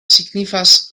signifas